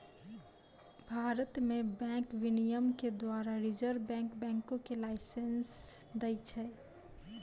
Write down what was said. भारत मे बैंक विनियमन के द्वारा रिजर्व बैंक बैंको के लाइसेंस दै छै